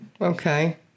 Okay